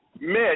Mitch